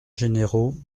généraux